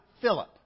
Philip